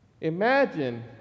Imagine